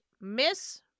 Miss